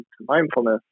mindfulness